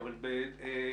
והמשפחה